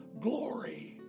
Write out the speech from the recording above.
Glory